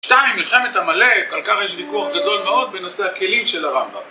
2. מלחמת עמלק, כל כך יש ויכוח גדול מאוד בנושא הכלים של הרמב״ם